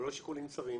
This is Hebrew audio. ולא שיקולים צרים,